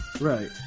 Right